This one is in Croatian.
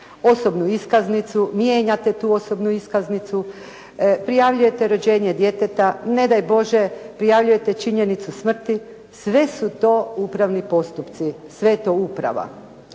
osobnu iskaznicu, mijenjate tu osobnu iskaznicu, prijavljujete rođenje djeteta, ne da Bože prijavljujete činjenicu smrti, sve su to upravni postupci sve je to uprava.